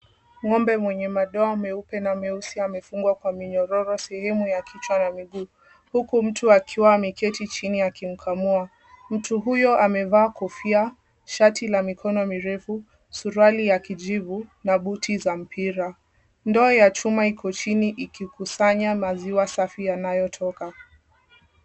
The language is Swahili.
Ng'ombe mwenye madoa meupe na meusi amefungwa kwa minyororo sehemu ya kichwa na miguu huku mtu akiwa ameketi chini akimkamua. Mtu huyo amevaa kofia, shati la mikono mirefu, suruali ya kijivu na buti za mpira. Ndoo ya chuma iko chini ikikusanya maziwa safi yanayo toka.